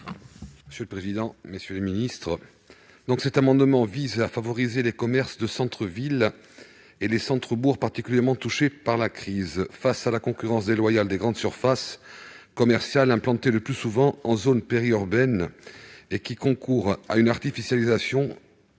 M. Paul Toussaint Parigi. Cet amendement vise à favoriser les commerces de centre-ville et de centre-bourg, particulièrement touchés par la crise face à la concurrence déloyale des grandes surfaces commerciales, qui sont implantées le plus souvent en zone périurbaine et qui concourent à l'artificialisation